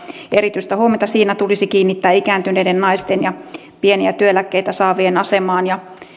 erityistä huomiota siinä tulisi kiinnittää ikääntyneiden naisten ja pieniä työeläkkeitä saavien asemaan